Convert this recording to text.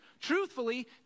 truthfully